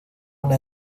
una